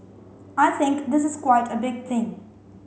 I think this is quite a big thing